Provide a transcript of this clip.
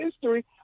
history